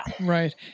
Right